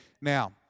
Now